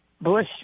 Bush